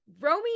Romy